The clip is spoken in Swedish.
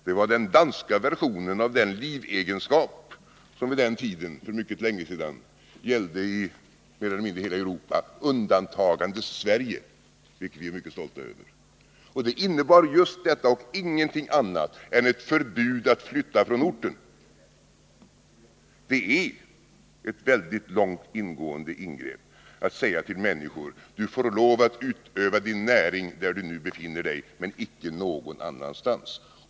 Det var den danska versionen av den livegenskap som vid den tiden, för mycket länge sedan, gällde mer eller mindre i hela Europa — undantagandes Sverige, vilket vi är mycket stolta över. Denna innebar ingenting annat än ett förbud att flytta från orten. Det är ett mycket långt gående ingrepp att säga till människor: Du får lov att utöva din näring där du nu befinner dig men icke någon annanstans.